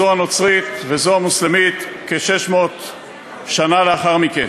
זו הנוצרית וזו המוסלמית, כ-600 שנה לאחר מכן.